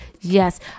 yes